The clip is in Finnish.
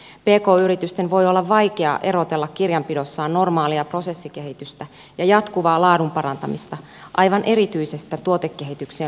pk yritysten voi olla vaikea erotella kirjanpidossaan normaalia prosessikehitystä ja jatkuvaa laadun parantamista aivan erityisestä tuotekehitykseen luokiteltavasta työstä